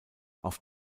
auf